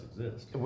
exist